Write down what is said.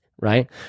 right